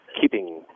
keeping